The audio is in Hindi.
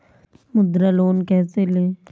मुद्रा लोन कैसे ले?